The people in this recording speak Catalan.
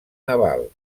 naval